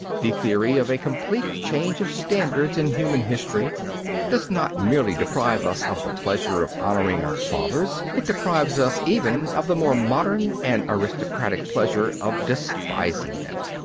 the theory of a complete change of standards in human history does not merely deprive us of the pleasure of honouring our fathers it deprives us even of the more modern and aristocratic pleasure of despising them.